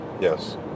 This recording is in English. Yes